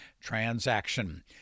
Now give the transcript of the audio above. transaction